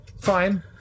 Fine